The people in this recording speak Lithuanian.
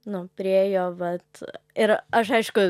nu priėjo vat ir aš aišku